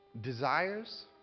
desires